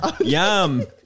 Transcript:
Yum